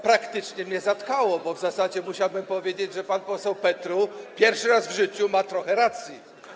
Praktycznie mnie zatkało, bo w zasadzie musiałbym powiedzieć, że pan poseł Petru pierwszy raz w życiu ma trochę racji.